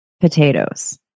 potatoes